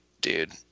dude